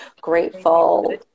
grateful